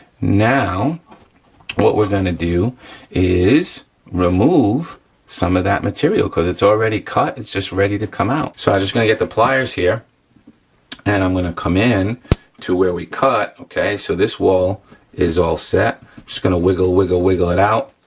now what we're gonna do is remove some of that material cause it's already cut, it's just ready to come out. so i'm just gonna get the pliers here and i'm gonna come in to where we cut, okay? so this wall is all set, i'm just gonna wiggle, wiggle, wiggle it out,